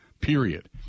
period